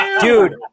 dude